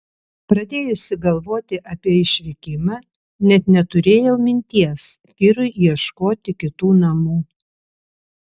pradėjusi galvoti apie išvykimą net neturėjau minties kirui ieškoti kitų namų